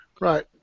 Right